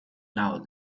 now